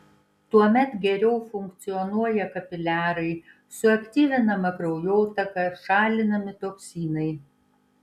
tuomet geriau funkcionuoja kapiliarai suaktyvinama kraujotaka šalinami toksinai